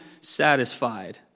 satisfied